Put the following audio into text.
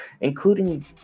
including